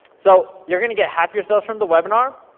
so, you're gonna get half your sales from the webinar,